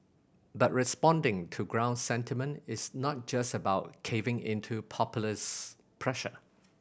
but responding to ground sentiment is not just about caving into populist pressure